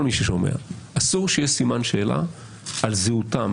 מי ששומע אסור שיהיה סימן שאלה על זהותם,